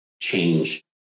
change